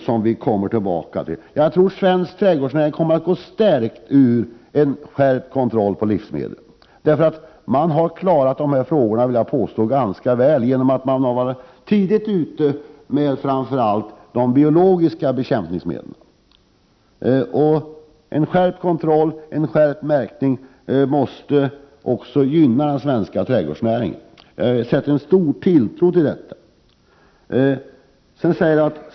Jag tror att svensk trädgårdsnäring kommer att få en förstärkt ställning i och med en skärpning av kontrollen på livsmedel. Jag vill påstå att man har klarat av dessa frågor ganska väl, eftersom att man har varit tidigt ute framför allt när det gäller de biologiska bekämpningsmedlen. En skärpning av kontrollen och en skärpning av kraven på märkning måste gynna den svenska trädgårdsnäringen. Jag sätter alltså stor tilltro till dessa åtgärder.